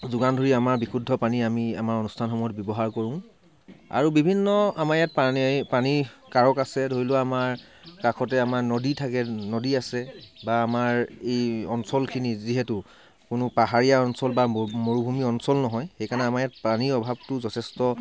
যোগান ধৰি আমাৰ বিশুদ্ধ পানী আমি আমাৰ অনুষ্ঠানসমূহত ব্যৱহাৰ কৰো আৰু বিভিন্ন আমাৰ ইয়াত পানী পানী কাৰক আছে ধৰি লোৱা আমাৰ কাষতে আমাৰ নদী থাকে নদী আছে বা আমাৰ এই অঞ্চলখিনি যিহেতু কোনো পাহাৰীয়া অঞ্চল বা ম মৰুভূমি অঞ্চল নহয় সেইকাৰণে আমাৰ ইয়াত পানীৰ অভাৱটো যথেষ্ট